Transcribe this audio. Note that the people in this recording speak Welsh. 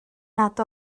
nad